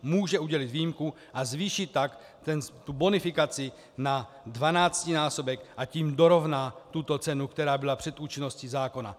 Může udělit výjimku a zvýšit tak tu bonifikaci na dvanáctinásobek, a tím dorovná tuto cenu, která byla před účinností zákona.